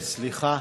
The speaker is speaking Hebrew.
עודֶה, סליחה.